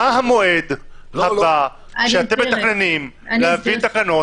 מה המועד הבא שאתם מתכננים להביא תקנות,